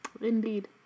Indeed